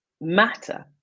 matter